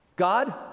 God